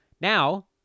Now